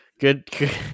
Good